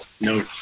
No